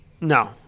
No